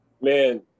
Man